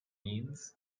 means